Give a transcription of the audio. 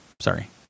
sorry